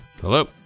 Hello